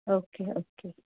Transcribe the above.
okay okay